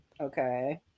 okay